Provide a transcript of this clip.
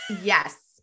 yes